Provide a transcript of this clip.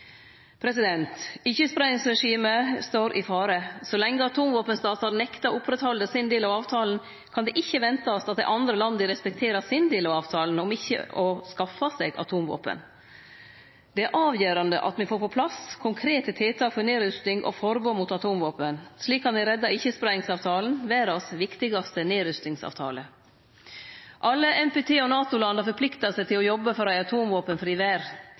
står i fare. Så lenge atomvåpenstatane nektar å halde sin del av avtalen, kan det ikkje ventast at dei andre landa respekterer sin del av avtalen om ikkje å skaffe seg atomvåpen. Det er avgjerande at me får på plass konkrete tiltak for nedrusting og forbod mot atomvåpen. Slik kan me redde ikkjespreiingsavtalen, verdast viktigaste nedrustingsavtale. Alle NPT- og NATO-land har forplikta seg til å jobbe for ei atomvåpenfri verd.